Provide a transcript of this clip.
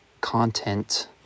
content